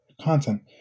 content